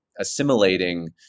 assimilating